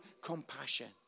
compassion